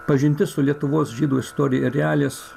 pažintis su lietuvos žydų istoriją ir realijas